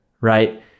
right